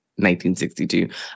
1962